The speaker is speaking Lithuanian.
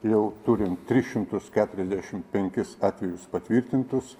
jau turim tris šimtus keturiasdešimt penkis atvejus patvirtintus